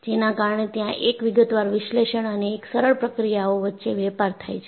જેના કારણે ત્યાં એક વિગતવાર વિશ્લેષણ અને એક સરળ પ્રક્રિયાઓ વચ્ચે વેપાર થાય છે